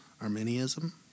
Arminianism